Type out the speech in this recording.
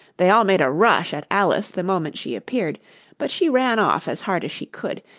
they all made a rush at alice the moment she appeared but she ran off as hard as she could,